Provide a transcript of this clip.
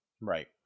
Right